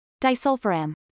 Disulfiram